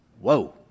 Whoa